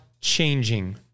changing